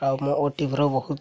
ଆଉ ମୁଁ ଓ ଟିଭିରୁ ବହୁତ